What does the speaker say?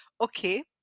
okay